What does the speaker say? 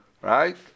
right